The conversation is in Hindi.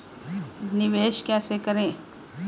निवेश कैसे करें?